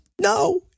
No